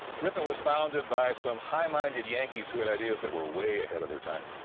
ripon was founded by some high-minded yankees who had ideas that were way ahead of their time.